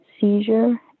seizure